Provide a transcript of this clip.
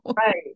Right